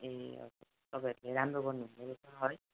ए हजुर तपाईँहरूले राम्रो गर्नु हुँदै रहेछ है